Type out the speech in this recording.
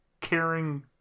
caring